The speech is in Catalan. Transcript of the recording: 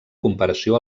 comparació